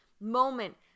moment